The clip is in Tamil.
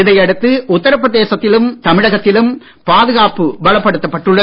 இதை உத்தரபிரதேசத்திலும் தமிழகத்திலும் பாதுகாப்பு பலப்படுத்தப்பட்டுள்ளது